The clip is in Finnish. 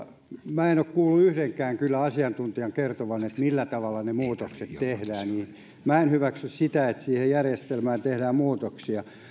minä en kyllä ole kuullut yhdenkään asiantuntijan kertovan millä tavalla ne muutokset tehdään eli minä en hyväksy sitä että siihen järjestelmään tehdään muutoksia